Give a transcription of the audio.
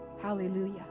Hallelujah